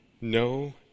no